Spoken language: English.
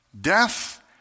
death